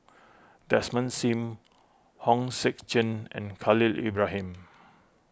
Desmond Sim Hong Sek Chern and Khalil Ibrahim